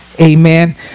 Amen